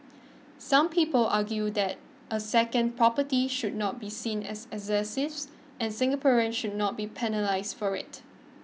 some people argue that a second property should not be seen as and Singaporeans should not be penalised for it